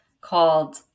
called